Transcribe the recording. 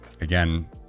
again